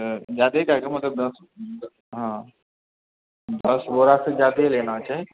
जादे कएके मतलब दश हँ दश बोरासँ जादे लेना छै